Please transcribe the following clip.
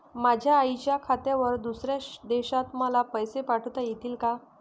माझ्या आईच्या खात्यावर दुसऱ्या देशात मला पैसे पाठविता येतील का?